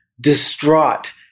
distraught